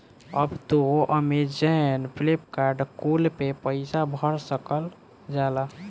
अब तू Amazon, Flipkart कुल पे पईसा भर सकल जाला